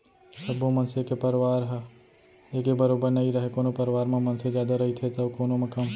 सब्बो मनसे के परवार ह एके बरोबर नइ रहय कोनो परवार म मनसे जादा रहिथे तौ कोनो म कम